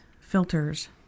filters